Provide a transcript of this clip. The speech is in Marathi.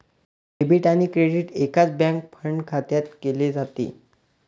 डेबिट आणि क्रेडिट एकाच बँक फंड खात्यात केले जाते